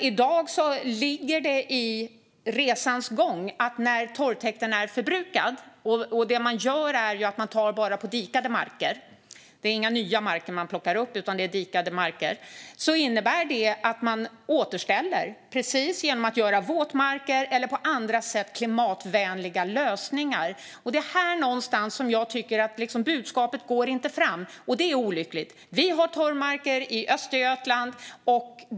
I dag ligger det i resans gång att när torvtäkten är förbrukad - man tar bara torv på dikade marker, inte på några nya marker - återställer man den genom att göra våtmarker eller göra klimatvänliga lösningar på andra sätt. Här någonstans tycker jag att budskapet inte går fram, vilket är olyckligt. Vi har torvmarker i Östergötland.